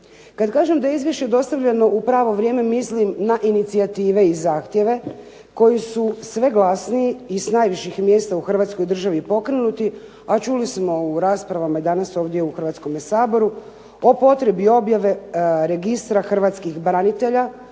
Kad kažem da je izvješće dostavljeno u pravo vrijeme mislim na inicijative i zahtjeve koji su sve glasniji i s najviših mjesta u Hrvatskoj državi pokrenuti, a čuli smo u raspravama i danas ovdje u Hrvatskome saboru o potrebi objave registra hrvatskih branitelja